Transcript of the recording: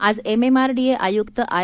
आज एमएमआरडीए आयुक्त आर